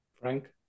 Frank